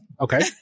Okay